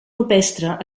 rupestre